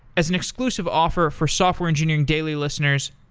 as an inclusive offer for software engineering daily listeners,